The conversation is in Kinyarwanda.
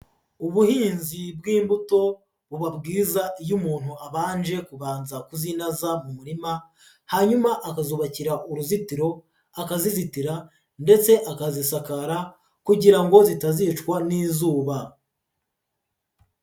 Ubuhinzi bw'imbuto buba bwiza iyo umuntu abanje kubanza kuzinaza mu murima, hanyuma akazubakira uruzitiro akazizitira ndetse akazisakara kugira ngo zitazicwa n'izuba.